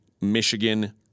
Michigan